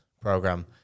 program